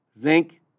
zinc